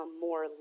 more